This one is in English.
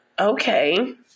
Okay